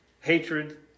hatred